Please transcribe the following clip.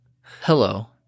hello